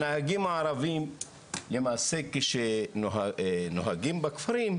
הנהגים הערבים למעשה כשנוהגים בכפרים,